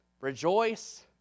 Rejoice